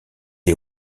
est